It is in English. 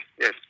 yes